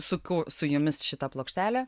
sukau su jumis šitą plokštelę